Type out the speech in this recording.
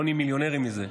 לא נהיים מיליונרים מזה,